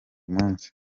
munsi